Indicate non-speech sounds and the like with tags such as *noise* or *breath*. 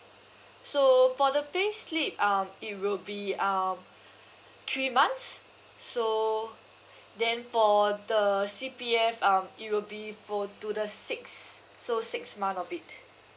so for the payslip um it will be um *breath* three months so *breath* then for the C_P_F um it will be for to the six so six month of it